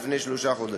לפני שלושה חודשים.